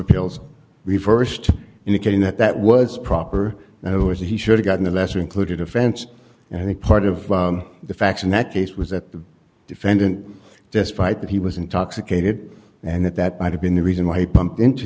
appeals reversed indicating that that was proper and it was he should've gotten a lesser included offense and the part of the facts in that case was that the defendant despite that he was intoxicated and that that might have been the reason why pumped into